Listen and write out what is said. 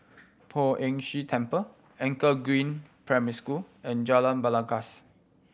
Poh Ern Shih Temple Anchor Green Primary School and Jalan Belangkas